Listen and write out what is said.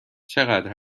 چقدر